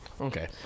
Okay